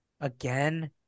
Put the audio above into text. Again